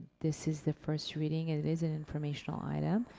this is the first reading, it it is an informational item.